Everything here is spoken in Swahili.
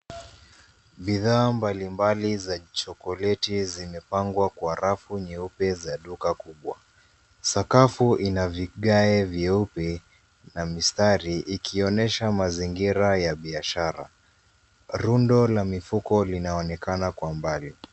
Bidhaa mbalimbali za chokoleti zimepangwa kwa rafu nyeupe za duka kubwa. Sakafu ina vigae vyeupe na mistari ikionyesha mazingira ya biashara. Rundo la mifuko linaonekana kwa mbali.